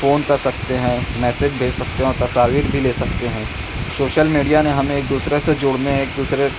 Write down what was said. phone کر سکتے ہیں میسیج بھیج سکتے ہیں اور تصاویر بھی لے سکتے ہیں شوشل میڈیا نے ہمیں ایک دوسرے سے جڑنے ایک دوسرے